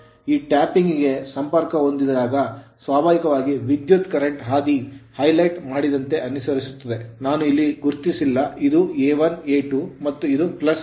ಈ ಟ್ಯಾಪಿಂಗ್ ಗೆ ಸಂಪರ್ಕಹೊಂದಿದಾಗ ಸ್ವಾಭಾವಿಕವಾಗಿ ವಿದ್ಯುತ್ current ಕರೆಂಟ್ ಹಾದಿ highlight ಹೈಲೈಟ್ ಮಾಡಿದಂತೆ ಅನುಸರಿಸುತ್ತದೆ ನಾನು ಇಲ್ಲಿ ಗುರುತಿಸಿಲ್ಲ ಇದು A1 A2 ಮತ್ತು ಇದು